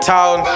Town